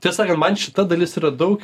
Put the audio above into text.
tie sakant man šita dalis yra daug